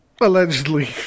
Allegedly